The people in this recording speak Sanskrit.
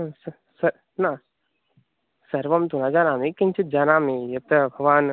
स स न सर्वं तु न जानामि किञ्चिज्जानामि यत् भवान्